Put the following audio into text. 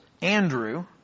Andrew